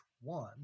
one